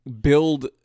build